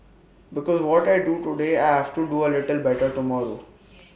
because what I do today I have to do A little better tomorrow